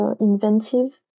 inventive